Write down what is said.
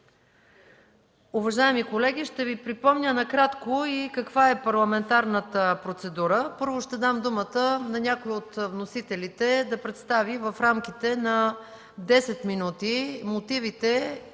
Уважаеми колеги, ще Ви припомня накратко и каква е парламентарната процедура. Първо ще дам думата на някой от вносителите да представи в рамките на 10 минути мотивите